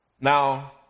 Now